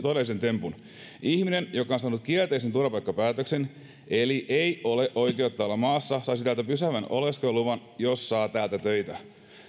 todellisen tempun ihminen joka on saanut kielteisen turvapaikkapäätöksen eli jolla ei ole oikeutta olla maassa saisi täältä pysyvän oleskeluluvan jos saa täältä töitä